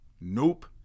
Nope